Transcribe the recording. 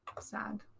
Sad